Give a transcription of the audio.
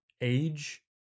age